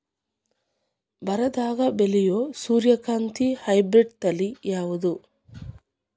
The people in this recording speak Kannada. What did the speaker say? ಬರದಾಗ ಬೆಳೆಯೋ ಸೂರ್ಯಕಾಂತಿ ಹೈಬ್ರಿಡ್ ತಳಿ ಯಾವುದು?